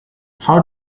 how